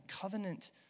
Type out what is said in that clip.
covenant